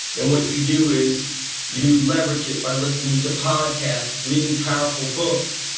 then what you do is you leverage it by listening to podcasts, reading powerful books,